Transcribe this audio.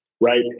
Right